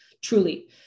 truly